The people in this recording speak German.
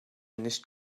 nicht